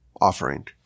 offering